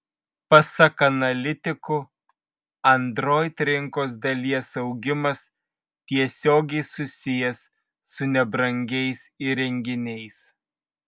pasak analitikų android rinkos dalies augimas tiesiogiai susijęs su nebrangiais įrenginiais